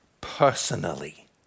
personally